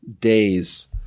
days